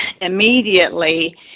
immediately